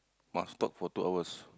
must talk for two hours